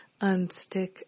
unstick